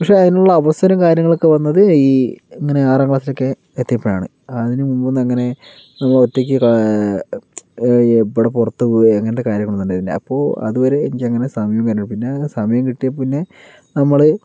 പക്ഷേ അതിനുള്ള അവസരവും കാര്യങ്ങളൊക്കെ വന്നത് ഈ ഇങ്ങനെ ആറാം ക്ലാസിലൊക്കെ എത്തിയപ്പോഴാണ് അതിന് മുമ്പ് ഒന്നും അങ്ങനെ ഒറ്റയ്ക്ക് ഇവിടെ പുറത്തു പോവുകയോ അങ്ങനത്തെ കാര്യങ്ങൾ ഒന്നും ഉണ്ടായിരുന്നില്ല അപ്പോൾ അതുവരെ എനിക്കങ്ങനെ സമയവും കാര്യങ്ങളും പിന്നെ സമയം കിട്ടിയപ്പോൾ പിന്നെ നമ്മള്